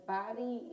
body